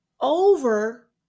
over